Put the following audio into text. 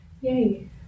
Yay